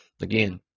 Again